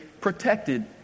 protected